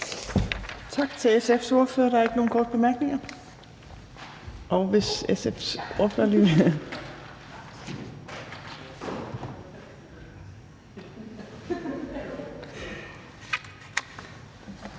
Tak til SF's ordfører. Der er ikke nogen korte bemærkninger. Og den næste ordfører